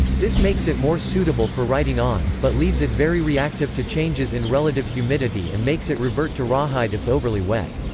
this makes it more suitable for writing on, but leaves it very reactive to changes in relative humidity and makes it revert to rawhide if overly wet.